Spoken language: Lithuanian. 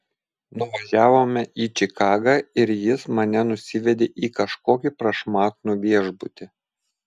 nuvažiavome į čikagą ir jis mane nusivedė į kažkokį prašmatnų viešbutį